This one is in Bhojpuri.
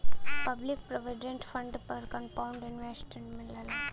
पब्लिक प्रोविडेंट फंड पर कंपाउंड इंटरेस्ट मिलला